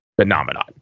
phenomenon